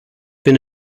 been